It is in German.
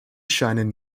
scheinen